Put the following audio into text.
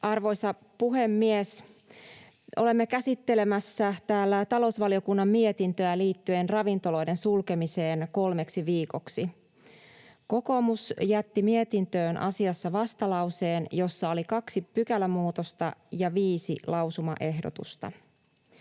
Arvoisa puhemies! Olemme käsittelemässä täällä talousvaliokunnan mietintöä liittyen ravintoloiden sulkemiseen kolmeksi viikoksi. Kokoomus jätti mietintöön asiassa vastalauseen, jossa oli kaksi pykälämuutosta ja viisi lausumaehdotusta.